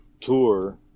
tour